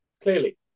clearly